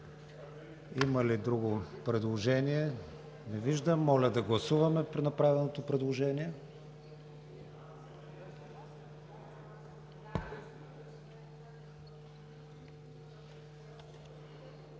Има ли друго предложение? Не виждам. Моля да гласуваме направеното предложение.